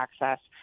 access